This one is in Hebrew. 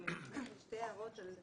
שתי הערות.